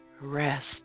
rest